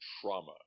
Trauma